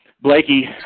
Blakey